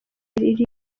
iri